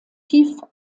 tief